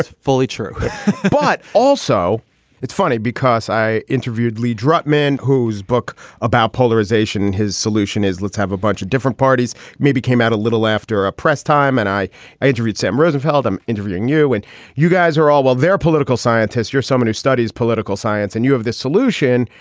fully true but also it's funny because i interviewed lee drutman, whose book about polarization. his solution is let's have a bunch of different parties, maybe came out a little after a press time. and i agreed. sam rosenfeld, i'm interviewing you. and you guys are all well, they're political scientists. you're someone who studies political science and you have this solution,